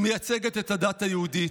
היא מייצגת את הדת היהודית.